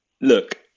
look